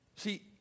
See